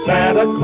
Santa